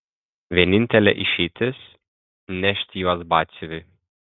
vienintelė išeitis nešti juos batsiuviui